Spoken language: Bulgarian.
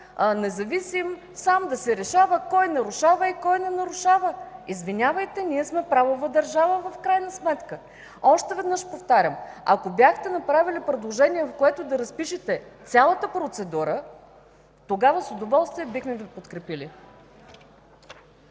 независим орган сам да решава кой нарушава и кой не нарушава. Извинявайте, в крайна сметка ние сме правова държава! Още веднъж повтарям – ако бяхте направили предложение, в което да разпишете цялата процедура, тогава с удоволствие бихме Ви подкрепили.